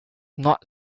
not